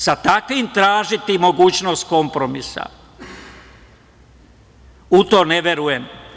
Sa takvim tražiti mogućnost kompromisa, u to ne verujem"